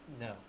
No